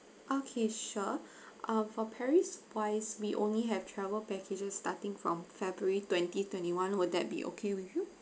okay sure uh for paris wise we only have travel packages starting from february twenty twenty one will that be okay with you